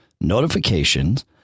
notifications